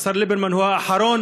השר ליברמן הוא האחרון,